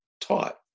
taught